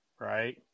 Right